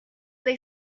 they